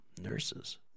Nurses